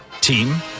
team